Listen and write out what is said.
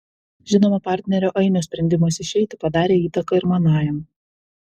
žinoma partnerio ainio sprendimas išeiti padarė įtaką ir manajam